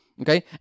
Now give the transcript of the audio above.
okay